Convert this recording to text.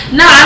no